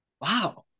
Wow